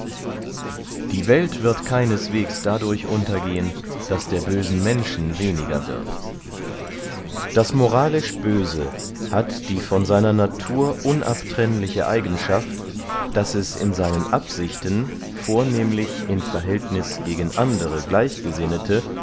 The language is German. die welt wird keineswegs dadurch untergehen daß der bösen menschen weniger wird das moralisch böse hat die von seiner natur unabtrennliche eigenschaft daß es in seinen absichten vornehmlich in verhältnis gegen andere